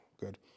good